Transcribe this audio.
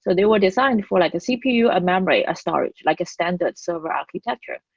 so they were designed for like a cpu, a memory, a storage, like a standard server architecture.